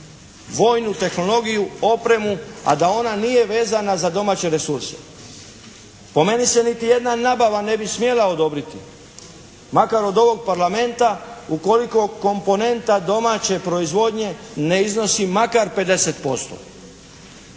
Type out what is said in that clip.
vojnu tehnologiju, opremu, a da ona nije vezana za domaće resurse. Po meni se niti jedna nabava ne bi smjela odobriti. Makar od ovog Parlamenta, ukoliko komponenta domaće proizvodnje ne iznosi makar 50%.